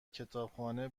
کتابخانه